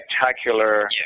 spectacular